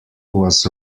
was